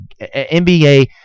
NBA